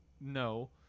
no